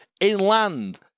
inland